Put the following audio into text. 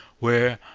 where,